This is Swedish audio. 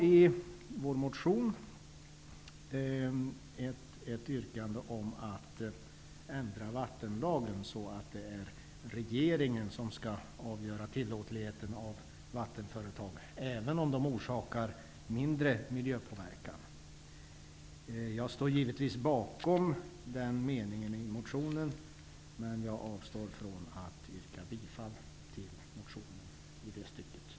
I vår motion hade vi ett yrkande om att vattenlagen skall ändras så att det är regeringen som skall avgöra tillåtligheten av vattenföretag, även om de orsakar mindre miljöpåverkan. Jag står givetvis bakom den meningen i motionen, men jag avstår från att yrka bifall till motionen i det stycket.